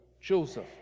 Joseph